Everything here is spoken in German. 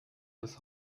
des